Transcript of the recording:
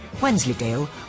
Wensleydale